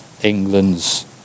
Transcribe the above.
England's